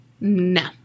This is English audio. No